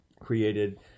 created